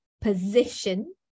position